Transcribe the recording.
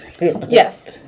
Yes